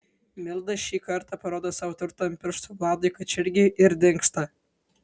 milda šį kartą parodo savo turtą ant pirštų vladui kačergiui ir dingsta